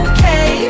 Okay